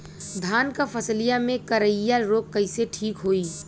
धान क फसलिया मे करईया रोग कईसे ठीक होई?